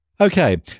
Okay